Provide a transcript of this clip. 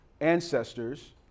ancestors